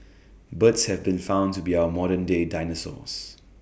birds have been found to be our modern day dinosaurs